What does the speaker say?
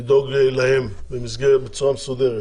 לדאוג להן בצורה מסודרת